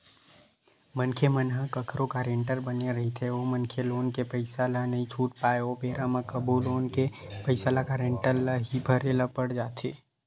मनखे मन ह कखरो गारेंटर बने रहिथे ओ मनखे लोन के पइसा ल नइ छूट पाय ओ बेरा म कभू लोन के पइसा ल गारेंटर ल ही भरे ल पड़ जाथे